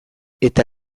eta